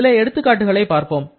சில எடுத்துக்காட்டுகளை பார்ப்போம்